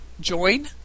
Join